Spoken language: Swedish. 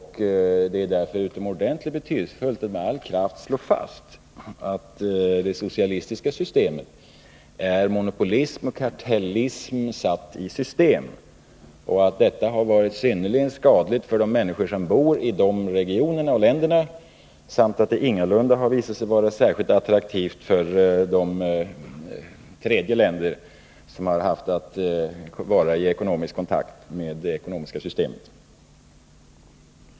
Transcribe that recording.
Det är därför utomordentligt betydelsefullt att med all kraft slå fast att det socialistiska systemet är monopolism och kartellism satt i system och att detta varit synnerligen skadligt för de människor som bor i de regionerna och länderna samt att det ingalunda visat sig vara särskilt attraktivt för de länder som haft att vara i ekonomisk kontakt med det ekonomiska systemet.